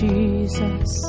Jesus